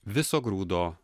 viso grūdo